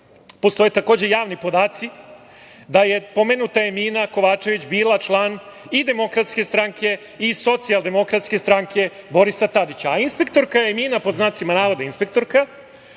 postoje takođe javni podaci da je pomenuta Emina Kovačević bila član i DS i Socijaldemokratske stranke Borisa Tadića. A inspektorka Emina, pod znacima navoda inspektorka,